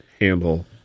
handle